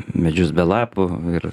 medžius be lapų ir